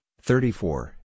thirty-four